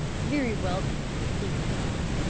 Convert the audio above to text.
very well, then, he went on.